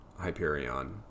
Hyperion